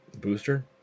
booster